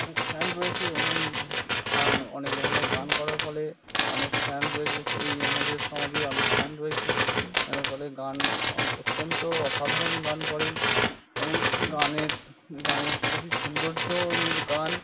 অনেক ফ্যান রয়েছে অনেক ধরণের গান করার ফলে অনেক ফ্যান রয়েছে এই আমাদের সমাজে অনেক ফ্যান রয়েছে এর ফলে গান অত্যন্ত অসাধারণ গান করেন এবং গানের গানের খুবই সৌন্দর্য গান